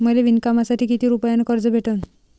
मले विणकामासाठी किती रुपयानं कर्ज भेटन?